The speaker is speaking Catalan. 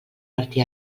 martí